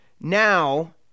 Now